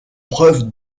preuve